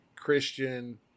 Christian